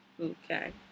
Okay